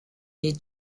les